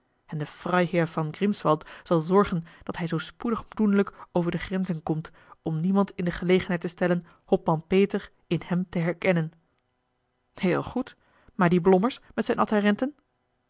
en de freiherr von grimswald zal zorgen dat hij zoo spoedig doenlijk over de grenzen komt om niemand in de gelegenheid te stellen hopman peter in hem te herkennen heel goed maar die blommers met zijne